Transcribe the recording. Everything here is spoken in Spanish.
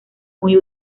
muy